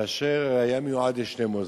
אשר היה מיועד לשני מוסדות.